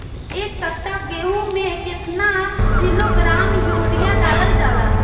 एक कट्टा गोहूँ में केतना किलोग्राम यूरिया डालल जाला?